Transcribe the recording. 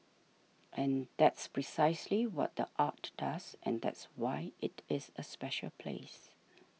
and that's precisely what the art does and that's why it is a special place